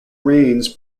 rains